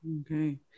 Okay